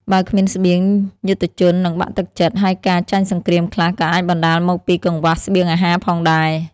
បើគ្មានស្បៀង យុទ្ធជននឹងបាក់ទឹកចិត្ត ហើយការចាញ់សង្គ្រាមខ្លះក៏អាចបណ្តាលមកពីកង្វះស្បៀងអាហារផងដែរ ។